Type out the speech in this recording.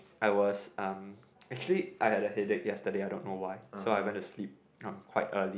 I was um actually I had a headache yesterday I don't know why so I went to sleep um quite early